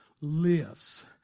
lives